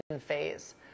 phase